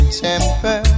temper